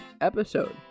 episode